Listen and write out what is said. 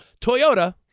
Toyota